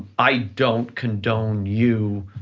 i don't condone you,